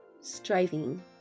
striving